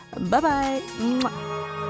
Bye-bye